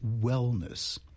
wellness